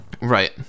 Right